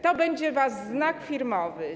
To będzie wasz znak firmowy.